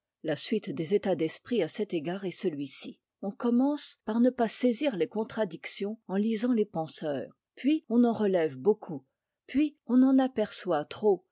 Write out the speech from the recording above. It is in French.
la suite des états d'esprit à cet égard est celui-ci on commence par ne pas saisir les contradictions en lisant les penseurs puis on en relève beaucoup puis on en aperçoit trop